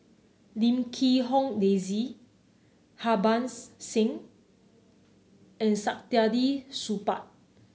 Lim Quee Hong Daisy Harbans Singh and Saktiandi Supaat